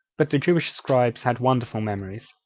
but the jewish scribes had wonderful memories.